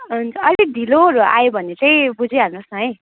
हुन्छ आलिक ढिलोहरू आयो भने चाहिँ बुझिहाल्नुहोस् न है